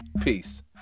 Peace